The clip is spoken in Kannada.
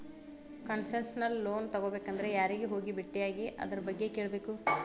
ಕನ್ಸೆಸ್ನಲ್ ಲೊನ್ ತಗೊಬೇಕಂದ್ರ ಯಾರಿಗೆ ಹೋಗಿ ಬೆಟ್ಟಿಯಾಗಿ ಅದರ್ಬಗ್ಗೆ ಕೇಳ್ಬೇಕು?